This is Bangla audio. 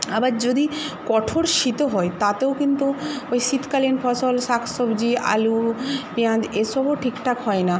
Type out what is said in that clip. আবার যদি কঠোর শীতও হয় তাতেও কিন্তু ওই শীতকালীন ফসল শাকসবজি আলু পেঁয়াজ এইসবও ঠিকঠাক হয় না